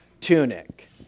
tunic